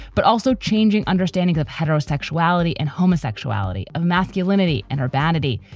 but also changing understanding of heterosexuality and homosexuality, of masculinity and urbanity,